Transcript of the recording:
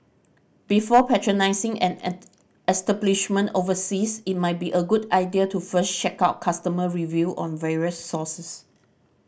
before patronising an and establishment overseas it might be a good idea to first check out customer review on various sources